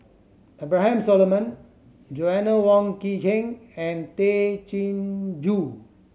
Abraham Solomon Joanna Wong Quee Heng and Tay Chin Joo